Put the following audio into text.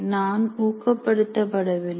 நான் ஊக்கப்படுத்த படவில்லை